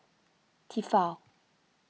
Tefal